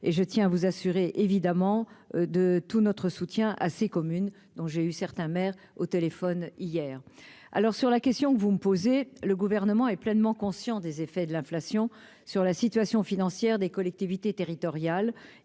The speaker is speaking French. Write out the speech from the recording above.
et je tiens à vous assurer, évidemment, de tout notre soutien à ces communes dont j'ai eu certains maires au téléphone hier alors sur la question que vous me posez, le gouvernement est pleinement conscient des effets de l'inflation sur la situation financière des collectivités territoriales